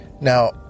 Now